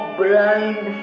blind